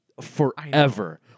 forever